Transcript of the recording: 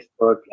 Facebook